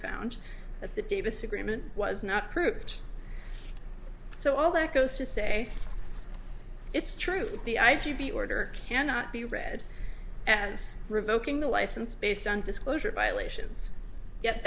found that the davis agreement was not proved so all that goes to say it's true the ip of the order cannot be read as revoking the license based on disclosure violations yet